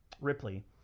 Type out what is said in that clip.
Ripley